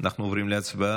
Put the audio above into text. אנחנו עוברים להצבעה?